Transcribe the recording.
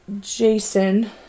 jason